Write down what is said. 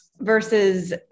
versus